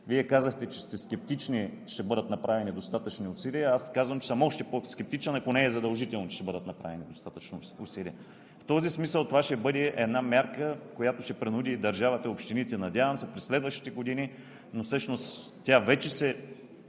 Вие казахте, че сте скептични, че ще бъдат направени достатъчни усилия. Аз казвам, че съм още по-скептичен, ако не е задължително, че ще бъдат направени достатъчно усилия. В този смисъл това ще бъде една мярка, която ще принуди държавата и общините, надявам се, през следващите години – но всъщност държавата вече се